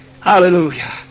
Hallelujah